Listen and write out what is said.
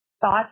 thought